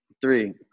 three